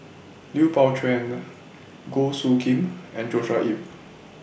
Lui Pao Chuen Goh Soo Khim and Joshua Ip